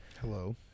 Hello